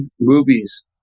movies